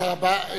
תודה רבה.